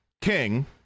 King